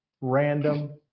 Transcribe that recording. random